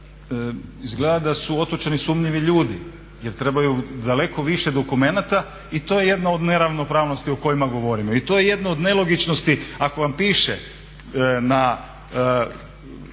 izgleda da su otočani sumnjivi ljudi jer trebaju daleko više dokumenata. I to je jedna od neravnopravnosti o kojima govorimo, i to je jedna od nelogičnosti ako vam piše na